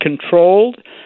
controlled